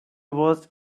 was